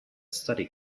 study